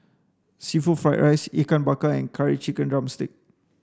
seafood fried rice Ikan Bakar and curry chicken drumstick